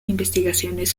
investigaciones